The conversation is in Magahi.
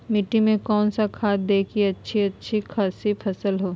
मिट्टी में कौन सा खाद दे की अच्छी अच्छी खासी फसल हो?